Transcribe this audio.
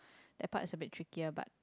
that part should be trickier but